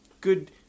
good